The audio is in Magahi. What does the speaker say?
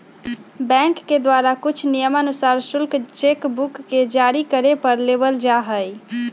बैंक के द्वारा कुछ नियमानुसार शुल्क चेक बुक के जारी करे पर लेबल जा हई